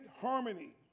harmony